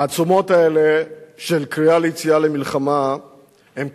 העצומות האלה של קריאה ליציאה למלחמה הן